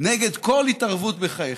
נגד כל התערבות בחייכם.